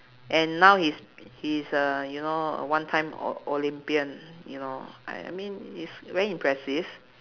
and now he's he's uh you know a one time o~ olympian you know I mean it's very impressive